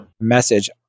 message